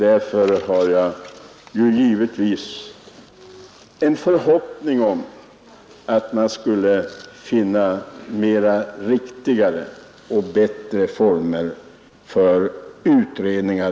Därför har jag en förhoppning om att man skall finna riktigare och bättre former för utredningar.